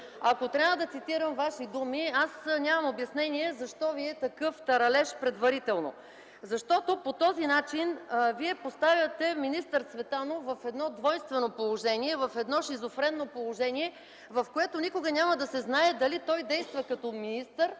Ако трябва да цитирам Ваши думи, аз нямам обяснение защо Ви е такъв таралеж предварително. Защото по този начин Вие поставяте министър Цветанов в едно двойствено положение, в едно шизофренно положение, в което никога няма да се знае дали той действа като министър